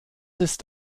ist